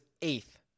eighth